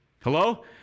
Hello